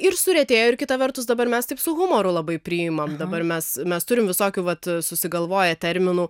ir suretėjo ir kita vertus dabar mes taip su humoru labai priimam dabar mes mes turime visokių vat susigalvoję terminų